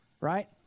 right